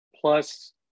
plus